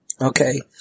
Okay